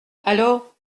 alors